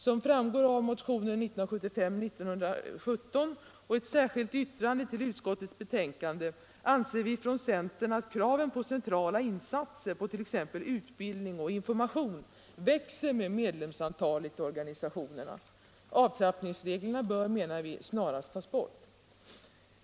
Som framgår av motionen 1917 och ett särskilt yttrande till utskottets betänkande anser vi från centern att kraven på centrala insatser, på t.ex. utbildning och information, växer med medlemsantalet i organisationerna. Avtrappningsreglerna bör, menar vi, snarast tas bort.